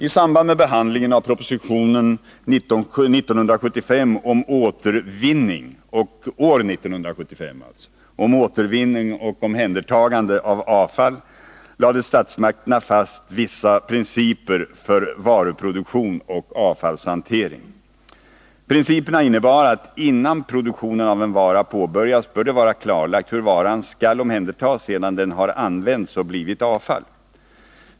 I samband med behandlingen av propositionen år 1975 om återvinning och omhändertagande av avfall lade statsmakterna fast vissa principer för varuproduktion och avfallshantering. Principerna innebar att innan produktionen av en vara påbörjas bör det vara klarlagt hur varan skall omhändertas sedan den har använts och blivit avfall.